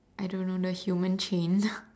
I don't know the human chain